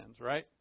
right